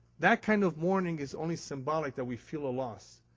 that kind of mourning is only symbolic, that we feel a loss.